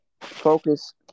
focus